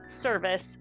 service